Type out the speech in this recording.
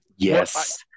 Yes